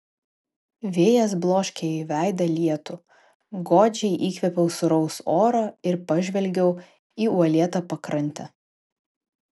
vėjas bloškė į veidą lietų godžiai įkvėpiau sūraus oro ir pažvelgiau į uolėtą pakrantę